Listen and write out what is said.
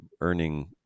earning